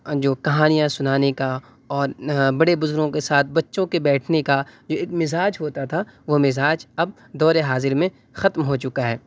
جو کہانیاں سنانے کا اور بڑے بزرگوں کے ساتھ بچوں کے بیٹھنے کا جو ایک مزاج ہوتا تھا وہ مزاج اب دور حاضر میں ختم ہو چکا ہے